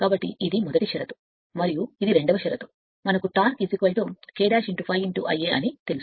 కాబట్టి మొదటి షరతు మరియు ఇది రెండవ షరతు మనకు టార్క్ K ∅ Ia తెలుసు